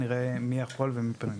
נראה מי יכול ומי פנוי.